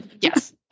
yes